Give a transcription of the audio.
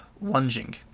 lunging